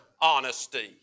honesty